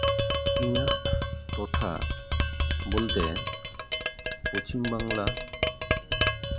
ᱤᱧᱟᱹᱜ ᱴᱚᱴᱷᱟ ᱵᱚᱞᱛᱮ ᱯᱚᱪᱷᱤᱢ ᱵᱟᱝᱞᱟ